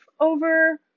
over